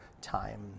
time